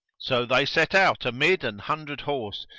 so they set out amid an hundred horse,